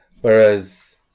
Whereas